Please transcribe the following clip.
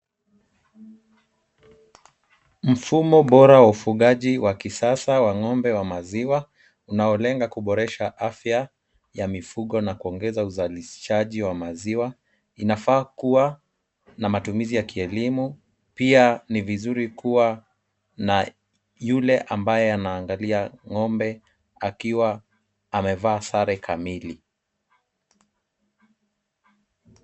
Mfumo bora wa ufugaji wa kisasa wa ng'ombe wa maziwa unaolenga kuboresha afya ya mifugo na kuongeza uzalishaji wa maziwa, inafaa kuwa na matumizi ya kielimu, pia ni vizuri kuwa na yule ambaye anaangalia ng'ombe akiwa amevaa sare kamili.